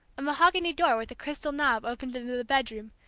a mahogany door with a crystal knob opened into the bedroom,